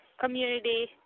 community